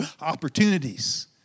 opportunities